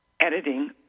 editing